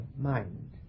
mind